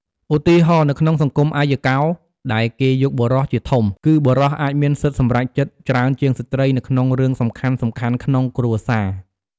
ឧទាហរណ៍ នៅក្នុងសង្គមអយ្យកោ ដែលគេយកបុរសជាធំ គឺបុរសអាចមានសិទ្ធិសម្រេចចិត្តច្រើនជាងស្ត្រីនៅក្នុងរឿងសំខាន់ៗក្នុងគ្រួសារ។